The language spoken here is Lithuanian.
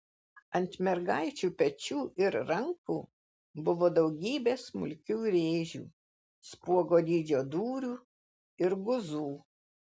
ant mergaičių pečių ir rankų buvo daugybė smulkių rėžių spuogo dydžio dūrių ir guzų